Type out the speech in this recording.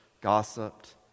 gossiped